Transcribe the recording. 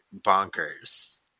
bonkers